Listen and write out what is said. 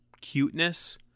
cuteness